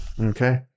Okay